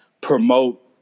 promote